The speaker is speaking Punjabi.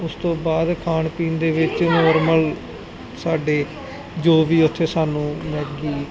ਉਸ ਤੋਂ ਬਾਅਦ ਖਾਣ ਪੀਣ ਦੇ ਵਿੱਚ ਨੋਰਮਲ ਸਾਡੇ ਜੋ ਵੀ ਉਥੇ ਸਾਨੂੰ ਮਲਬਕੀ